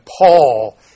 Paul